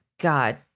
god